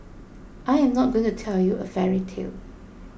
I am not going to tell you a fairy tale